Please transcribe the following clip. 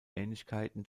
ähnlichkeiten